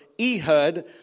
Ehud